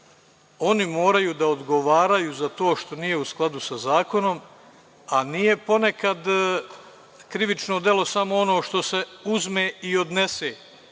Oni moraju da odgovaraju za to što nije u skladu sa zakonom, a nije ponekad krivično delo samo ono što se uzme i odnese.